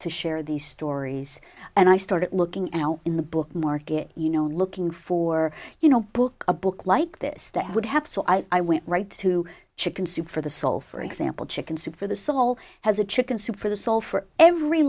to share these stories and i started looking out in the book market you know looking for you know book a book like this that i would have so i i went right to chicken soup for the soul for example chicken soup for the soul has a chicken soup for the soul for every